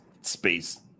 space